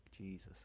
Jesus